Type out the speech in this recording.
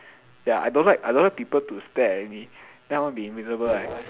ya I don't like I don't like people to stare at me then I want be invisible right